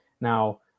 Now